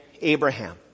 Abraham